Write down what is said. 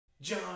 John